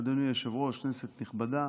אדוני היושב-ראש, כנסת נכבדה,